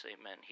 amen